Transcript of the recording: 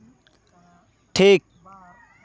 ᱴᱷᱤᱠ